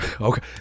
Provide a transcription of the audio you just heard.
Okay